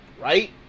right